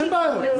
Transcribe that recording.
אין בעיות?